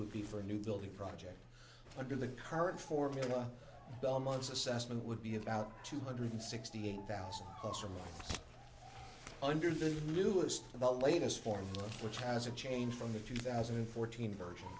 would be for a new building project under the current formula belmont's assessment would be about two hundred sixty eight thousand of us from under the newest about latest form which was a change from the few thousand and fourteen version